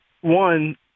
One